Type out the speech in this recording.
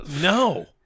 No